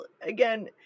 again